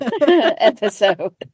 episode